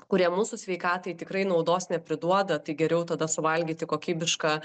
kurie mūsų sveikatai tikrai naudos nepriduoda tai geriau tada suvalgyti kokybišką